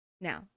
now